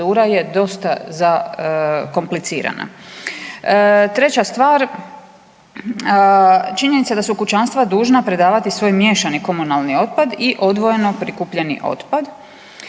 je dosta zakomplicirana. Treća stvar. Činjenica da su kućanstva dužna predavati svoj miješani komunalni otpad i odvojeno prikupljeni otpad,